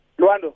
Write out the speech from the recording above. luando